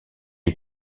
est